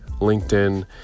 LinkedIn